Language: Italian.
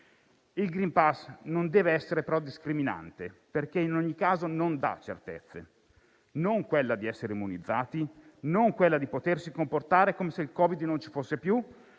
Il *green pass* non deve essere, però, discriminante, perché in ogni caso non dà certezze: non quella di essere immunizzati, non quella di potersi comportare come se il Covid-19 non ci fosse più,